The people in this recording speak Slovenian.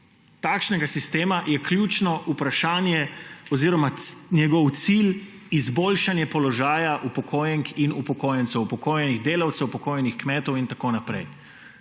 takšnega sistema je ključno vprašanje oziroma njegov cilj izboljšanje položaja upokojenk in upokojencev, upokojenih delavcev, upokojenih kmetov in tako naprej.